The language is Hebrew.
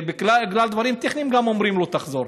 בגלל דברים טכניים גם אומרים לו: תחזור.